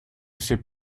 sais